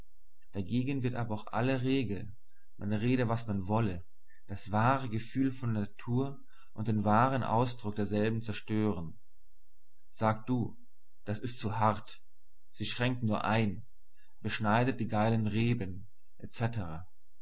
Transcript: dagegen wird aber auch alle regel man rede was man wolle das wahre gefühl von natur und den wahren ausdruck derselben zerstören sag du das ist zu hart sie schränkt nur ein beschneidet die geilen reben